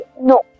No